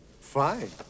Fine